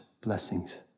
blessings